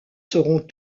seront